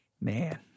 man